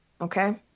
Okay